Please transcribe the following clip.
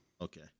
Okay